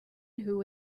who